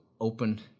open